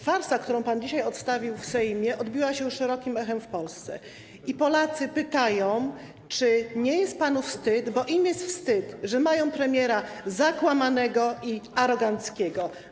Farsa, którą pan dzisiaj odstawił w Sejmie, odbiła się szerokim echem w Polsce i Polacy pytają, czy nie jest panu wstyd, bo im jest wstyd, że mają premiera zakłamanego i aroganckiego.